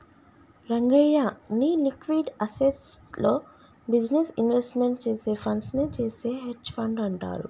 రంగయ్య, నీ liquid assets లో business investment చేసే ఫండ్స్ నే చేసే హెడ్జె ఫండ్ అంటారు